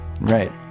Right